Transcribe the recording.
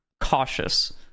cautious